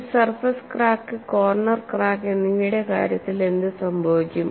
ഒരു surface crack corner crack എന്നിവയുടെ കാര്യത്തിൽ എന്ത് സംഭവിക്കും